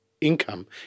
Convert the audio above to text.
income